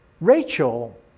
Rachel